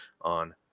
on